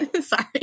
sorry